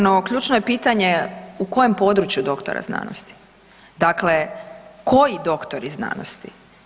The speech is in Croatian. No ključno je pitanje u kojem području doktora znanosti, dakle koji doktori znanosti?